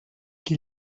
qui